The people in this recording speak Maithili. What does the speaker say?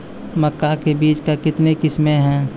मक्का के बीज का कितने किसमें हैं?